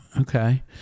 okay